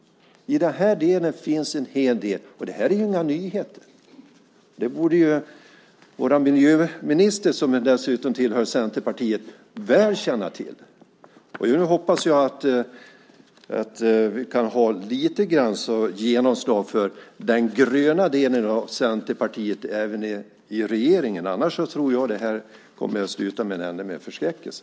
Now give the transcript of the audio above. Det finns en hel del. Det här är ju inga nyheter. Det borde vår miljöminister, som ju tillhör Centerpartiet, väl känna till. Jag hoppas att vi kan få se lite genomslag för den gröna delen av Centerpartiet i regeringen, annars tror jag att detta kommer att få en ände med förskräckelse.